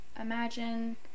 Imagine